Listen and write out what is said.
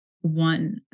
one